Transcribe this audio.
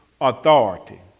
authority